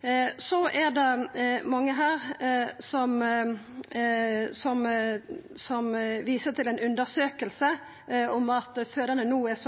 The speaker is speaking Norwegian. så